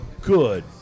good